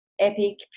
epic